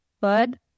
Bud